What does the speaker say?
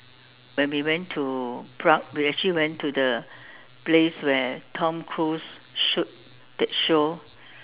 when we went to Prague we actually went to the place where Tom Cruise shoot that show